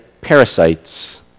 parasites